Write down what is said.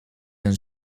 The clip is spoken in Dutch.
een